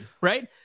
right